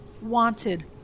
Wanted